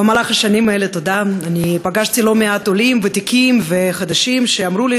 במהלך השנים האלה פגשתי לא מעט עולים ותיקים וחדשים שאמרו לי